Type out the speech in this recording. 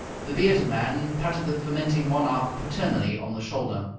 the bearded man patted the fermenting monarch paternally on the shoulder.